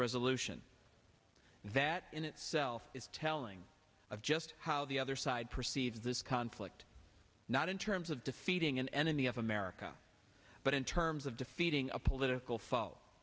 resolution that in itself is telling of just how the other side perceives this conflict not in terms of defeating an enemy of america but in terms of defeating a political fall